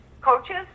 coaches